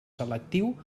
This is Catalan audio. selectiu